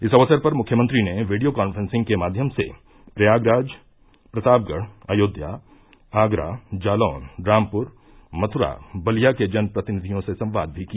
इस अवसर पर मुख्यमंत्री ने वीडियो कॉन्फ्रेंसिंग के माध्यम से प्रयागराज प्रतापगढ़ अयोध्या आगरा जालौन रामपुर मथुरा बलिया के जनप्रतिनिधियों से संवाद भी किया